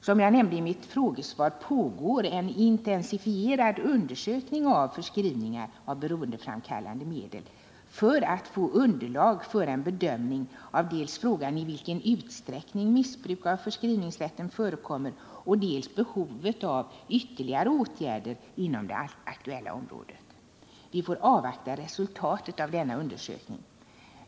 Som jag nämnde i mitt frågesvar pågår en intensifierad undersökning av förskrivningar av beroendeframkallande medel för att man skall få underlag för en bedömning av dels frågan i vilken utsträckning missbruk av förskrivningsrätten förekommer, dels behovet av ytterligare åtgärder inom det aktuella området. Vi får avvakta resultatet av denna undersökning.